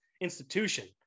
institution